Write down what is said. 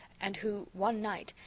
and who, one night,